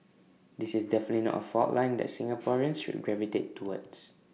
this is definitely not A fault line that Singaporeans should gravitate towards